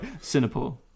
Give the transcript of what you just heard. Singapore